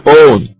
own